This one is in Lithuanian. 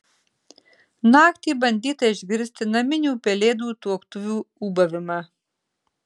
naktį bandyta išgirsti naminių pelėdų tuoktuvių ūbavimą